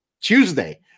Tuesday